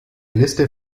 liste